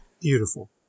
Beautiful